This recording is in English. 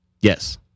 Yes